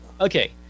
Okay